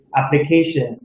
application